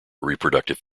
reproductive